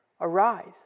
Arise